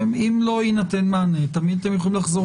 אם לא יינתן מענה תמיד אתם יכולים לחזור